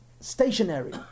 stationary